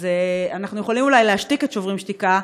אז אנחנו יכולים אולי להשתיק את "שוברים שתיקה",